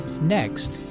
Next